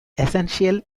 essentially